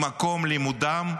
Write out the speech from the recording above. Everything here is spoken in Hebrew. ממקום לימודם,